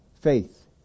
faith